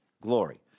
glory